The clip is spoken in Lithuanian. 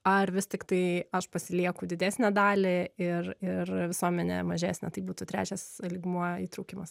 ar vis tiktai aš pasilieku didesnę dalį ir ir visuomenė mažesnę tai būtų trečias lygmuo įtraukimas